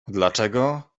dlaczego